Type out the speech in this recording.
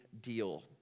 deal